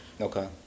Okay